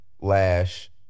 Lash